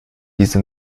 diese